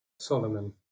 Solomon